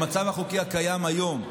במצב החוקי הקיים היום,